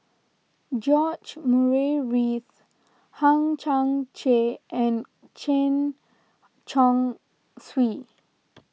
George Murray Reith Hang Chang Chieh and Chen Chong Swee